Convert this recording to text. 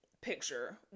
picture